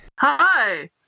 Hi